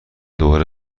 دوباره